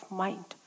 mind